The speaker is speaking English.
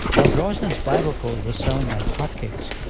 while drosnin's bible code was selling like hotcakes,